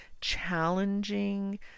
challenging